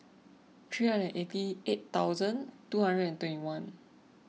three hundred eighty eight thousand two hundred and twenty one